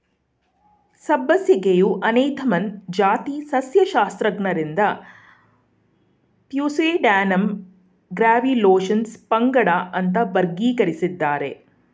ಸಬ್ಬಸಿಗೆಯು ಅನೇಥಮ್ನ ಜಾತಿ ಸಸ್ಯಶಾಸ್ತ್ರಜ್ಞರಿಂದ ಪ್ಯೂಸೇಡ್ಯಾನಮ್ ಗ್ರ್ಯಾವಿಯೋಲೆನ್ಸ್ ಪಂಗಡ ಅಂತ ವರ್ಗೀಕರಿಸಿದ್ದಾರೆ